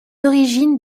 origines